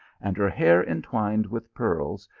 and her hair entwined with pearls,